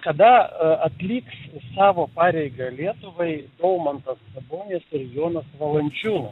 kada atliks savo pareigą lietuvai daumantas sabonis ir jonas valančiūnas